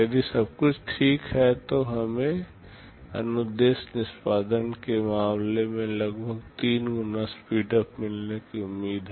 यदि सब कुछ ठीक है तो हमें अनुदेश निष्पादन के मामले में लगभग 3 गुना स्पीडअप मिलने की उम्मीद है